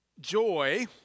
joy